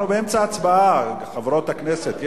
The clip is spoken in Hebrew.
אנחנו באמצע הצבעה, חברות הכנסת.